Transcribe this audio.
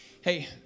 Hey